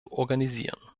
organisieren